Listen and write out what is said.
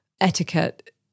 etiquette